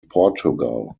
portugal